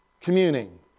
Communing